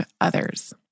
others